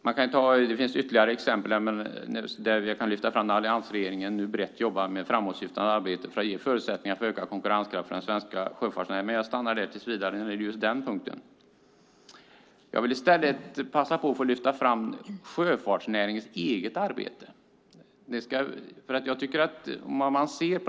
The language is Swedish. Jag skulle kunna ge ytterligare exempel på att alliansregeringen brett jobbar med ett framåtsyftande arbete för att ge förutsättningar för en ökad konkurrenskraft för den svenska sjöfartsnäringen, men tills vidare stannar jag här på just den punkten. I stället vill jag passa på att lyfta fram sjöfartsnäringens eget arbete.